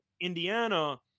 Indiana